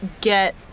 get